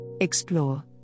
Explore